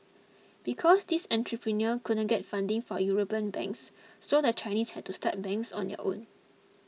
because these entrepreneurs couldn't get funding from European banks so the Chinese had to start banks on their own